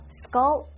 skull